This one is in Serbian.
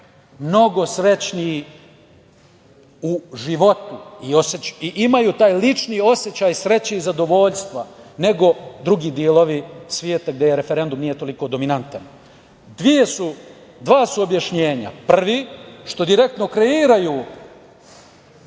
mnogo srećniji u životu i imaju taj lični osećaj sreće i zadovoljstva, nego drugi delovi sveta gde referendum nije toliko dominantan. Dva su objašnjenja. Prvo, što direktno kreiraju